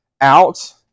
out